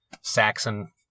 Saxon